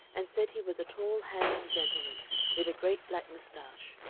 and said he was a tall, handsome gentleman with a great black mustache.